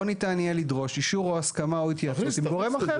ניתן יהיה לדרוש אישור או הסכמה או התייעצות עם גורם אחר.